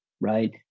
right